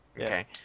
Okay